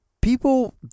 people